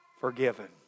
forgiven